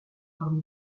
parmi